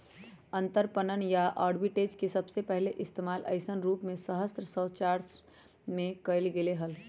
अंतरपणन या आर्बिट्राज के सबसे पहले इश्तेमाल ऐसन रूप में सत्रह सौ चार में कइल गैले हल